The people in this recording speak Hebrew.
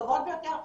טובות ביותר,